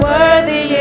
Worthy